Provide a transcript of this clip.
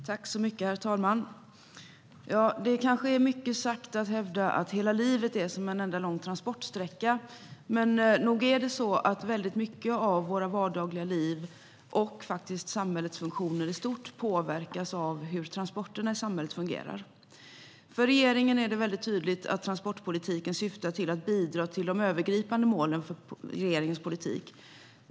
Herr talman! Det kanske är mycket sagt att hävda att hela livet är som en enda lång transportsträcka. Men nog är det så att mycket av våra vardagliga liv och samhällets funktioner i stort påverkas av hur transporterna i samhället fungerar. För regeringen är det tydligt att transportpolitiken syftar till att bidra till de övergripande målen för regeringens politik.